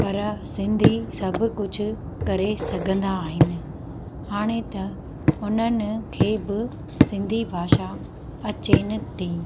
पर सिंधी सभु कुझु करे सघंदा आहिनि हाणे त हुननि खे बि सिंधी भाषा अचेनि थी